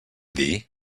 dir